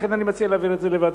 לכן,